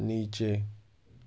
نیچے